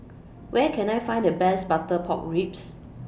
Where Can I Find The Best Butter Pork Ribs